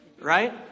Right